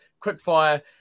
quickfire